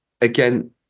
again